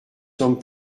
semble